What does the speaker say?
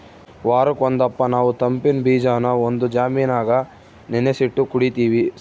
ವಾರುಕ್ ಒಂದಪ್ಪ ನಾವು ತಂಪಿನ್ ಬೀಜಾನ ಒಂದು ಜಾಮಿನಾಗ ನೆನಿಸಿಟ್ಟು ಕುಡೀತೀವಿ